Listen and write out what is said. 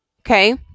okay